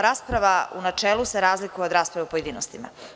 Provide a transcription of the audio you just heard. Rasprava u načelu je različita od rasprave u pojedinostima.